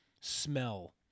smell